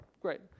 Great